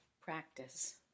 practice